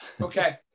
Okay